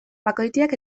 bakoitiak